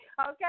Okay